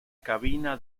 cabina